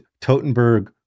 Totenberg